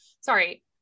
sorry